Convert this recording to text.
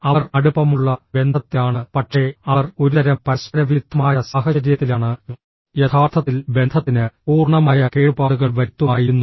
അവർ അടുപ്പമുള്ള ബന്ധത്തിലാണ് പക്ഷേ അവർ ഒരുതരം പരസ്പരവിരുദ്ധമായ സാഹചര്യത്തിലാണ് യഥാർത്ഥത്തിൽ ബന്ധത്തിന് പൂർണ്ണമായ കേടുപാടുകൾ വരുത്തുമായിരുന്നു